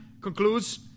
concludes